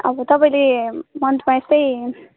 अब तपाईँले मन्थमा यस्तै